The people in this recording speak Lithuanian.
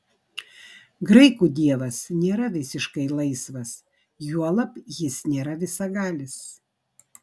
graikų dievas nėra visiškai laisvas juolab jis nėra visagalis